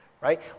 right